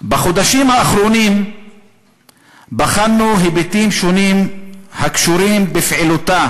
"בחודשים האחרונים בחנו היבטים שונים הקשורים בפעילותה